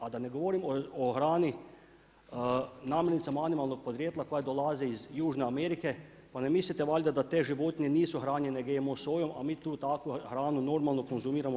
A da ne govorimo hrani, namirnicama animalnog podrijetla koje dolaze iz južne Amerike, pa ne mislite valjda da te životinje nisu hranjene GMO sojom, a mi tu takvu hranu normalno konzumiramo u RH?